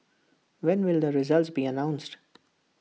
when will the results be announced